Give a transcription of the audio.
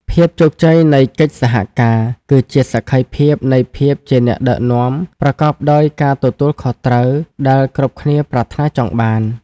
ភាពជោគជ័យនៃកិច្ចសហការ គឺជាសក្ខីភាពនៃភាពជាអ្នកដឹកនាំប្រកបដោយការទទួលខុសត្រូវដែលគ្រប់គ្នាប្រាថ្នាចង់បាន។